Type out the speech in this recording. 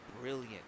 brilliant